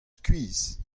skuizh